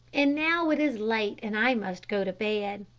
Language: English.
and now it is late and i must go to bed.